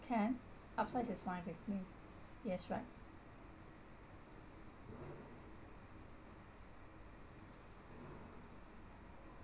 can upsize is fine with me yes right